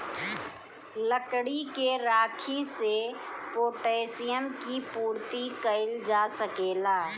लकड़ी के राखी से पोटैशियम के पूर्ति कइल जा सकेला